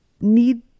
need